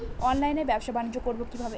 অনলাইনে ব্যবসা বানিজ্য করব কিভাবে?